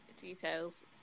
details